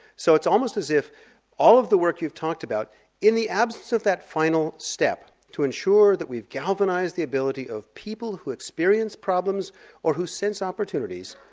so it's almost as if all of the work you've talked about in the absence of that final step to ensure that we've galvanized the ability of people who experience problems or who sense opportunities,